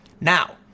Now